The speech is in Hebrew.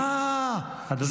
אדוני,